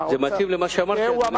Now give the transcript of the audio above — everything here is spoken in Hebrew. זה מתאים למה שאמרתי.